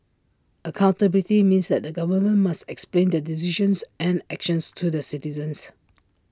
accountability means that the government must explain their decisions and actions to the citizens